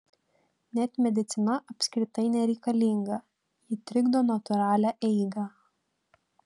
net medicina apskritai nereikalinga ji trikdo natūralią eigą